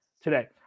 today